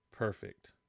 Perfect